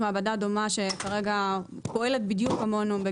בגרמניה יש מעבדה דומה שפועלת בדיוק כמונו.